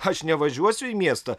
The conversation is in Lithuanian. aš nevažiuosiu į miestą